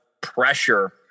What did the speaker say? pressure